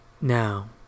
Now